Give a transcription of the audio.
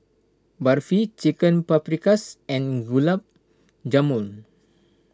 Barfi Chicken Paprikas and Gulab Jamun